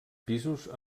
pisos